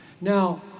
Now